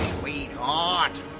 sweetheart